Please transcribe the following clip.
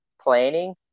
planning